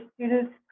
students